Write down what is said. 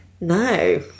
No